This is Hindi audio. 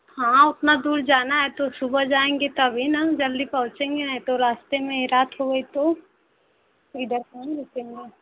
हाँ उतना दूर जाना है तो सुबह जाएंगे तभी न जल्दी पहुँचेंगे नहीं तो रास्ते में हीं रात हो गई तो इधर कौन रुकेंगे